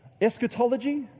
Eschatology